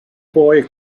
boy